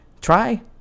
Try